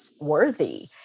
worthy